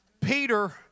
Peter